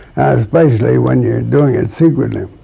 especially when you're doing it secretly.